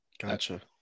gotcha